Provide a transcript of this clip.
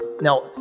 Now